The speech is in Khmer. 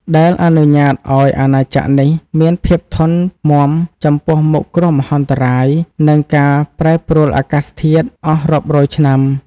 ដែលអនុញ្ញាតឱ្យអាណាចក្រនេះមានភាពធន់មាំចំពោះមុខគ្រោះមហន្តរាយ និងការប្រែប្រួលអាកាសធាតុអស់រាប់រយឆ្នាំ។